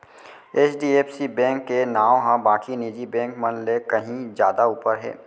HDFC bank के नांव ह बाकी निजी बेंक मन ले कहीं जादा ऊपर हे